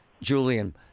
Julian